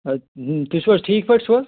سر تُہۍ چھُ حظ ٹھیٖک پٲٹھۍ چھُو حظ